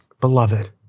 Beloved